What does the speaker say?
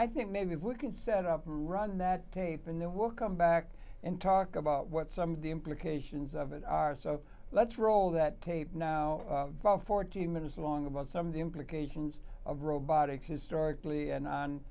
i think maybe if we can set up and run that tape and then we'll come back and talk about what some of the implications of it are so let's roll that tape now about fourteen minutes long about some of the implications of robotics historically and